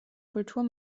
kultur